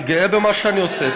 אני גאה במה שאני עושה.